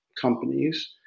companies